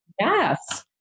Yes